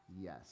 Yes